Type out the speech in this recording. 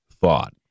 thought